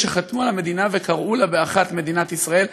שחתמו על הכרזת המדינה וקראו לה באחת מדינת ישראל,